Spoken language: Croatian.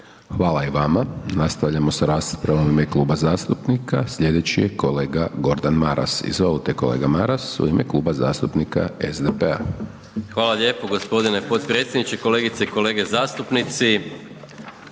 Hvala i vama. Nastavljamo sa raspravom u ime kluba zastupnika, slijedeći je kolega Gordan Maras. Izvolite kolege Maras u ime Kluba zastupnika SDP-a. **Maras, Gordan (SDP)** Hvala lijepo gospodine potpredsjedniče. Kolegice i kolege zastupnici